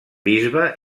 bisbe